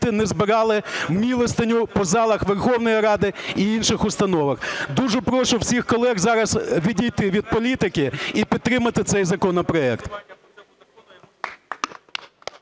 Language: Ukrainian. не збирали милостиню по залах Верховної Ради і інших установ. Дуже прошу всіх колег зараз відійти від політики і підтримати цей законопроект.